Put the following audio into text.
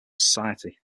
society